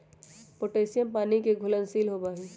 potassium पानी के घुलनशील होबा हई